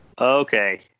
Okay